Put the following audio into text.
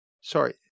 sorry